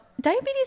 diabetes